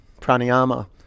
pranayama